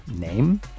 name